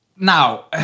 Now